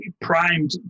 primed